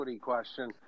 question